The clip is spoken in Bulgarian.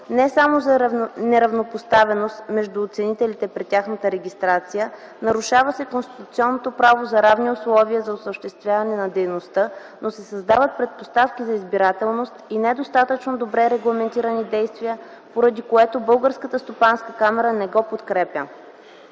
не само за неравнопоставеност между оценителите при тяхната регистрация, нарушава се конституционното право за равни условия за осъществяване на дейността, но се създават предпоставки за избирателност и недостатъчно добре регламентирани действия, поради което Българска стопанска камара не го подкрепя.